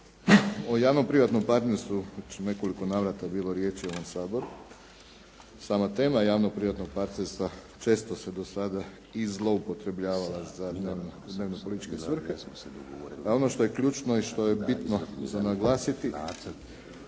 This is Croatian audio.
O javno-privatnom partnerstvu već je u nekoliko navrata bilo riječi u ovom Saboru. Sama tema javno-privatnog partnerstva često se do sada i zloupotrebljavala za njihove dnevno-političke svrhe. A ono što je ključno i što je bitno za naglasiti